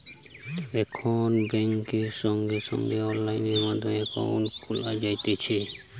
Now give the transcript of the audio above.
এখন বেংকে সঙ্গে সঙ্গে অনলাইন মাধ্যমে একাউন্ট খোলা যাতিছে